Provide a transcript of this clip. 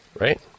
right